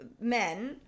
men